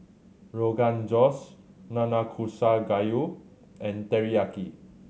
Rogan Josh Nanakusa Gayu and Teriyaki